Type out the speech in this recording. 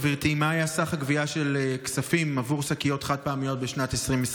גברתי: 1. מה היה סך הגבייה של כספים עבור שקיות חד-פעמיות בשנת 2022?